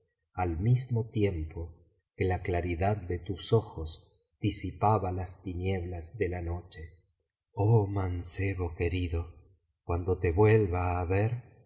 al mismo tiempo que la claridad de tus ojos disipaba las tinieblas de la noche oh mancebo querido cuando te vuelva á ver